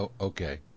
Okay